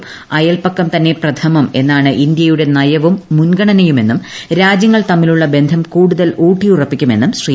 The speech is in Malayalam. അയൽപക്കം തന്നെ പ്രഥമം എന്നാണ് ഇന്ത്യയുടെ നയവും മുൻഗണനയുമെന്നും രാജ്യങ്ങൾ തമ്മിലുള്ള ബന്ധം കൂടുതൽ ഊട്ടിയുറപ്പിക്കുമെന്നും ശ്രീ